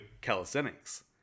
calisthenics